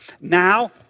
Now